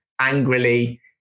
angrily